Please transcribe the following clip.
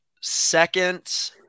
second